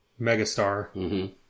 megastar